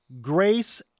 grace